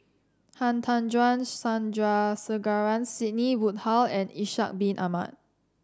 Han Tan Juan Sandrasegaran Sidney Woodhull and Ishak Bin Ahmad